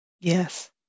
Yes